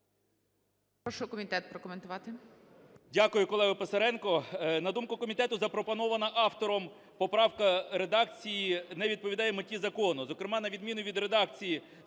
Прошу комітет прокоментувати.